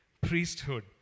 priesthood